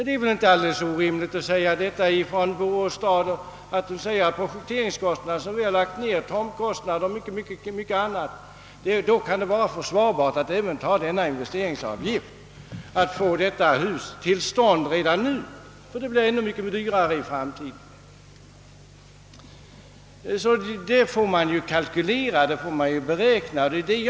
Det är väl inte alldeles orimligt för Borås stad att säga, att med de projekteringskostnader, tomtkostnader och mycket annat, som staden lagt ned, kan det vara försvarbart att ta även denna investeringsavgift för att få detta hus till stånd redan nu, ty det kan bli mycket dyrare i framtiden. Här får man kalkylera.